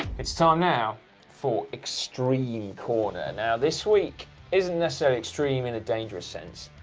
it's time now for extreme corner. now this week isn't necessarily extreme in a dangerous sense,